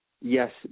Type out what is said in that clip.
Yes